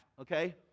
okay